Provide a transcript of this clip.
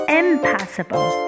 impossible